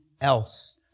else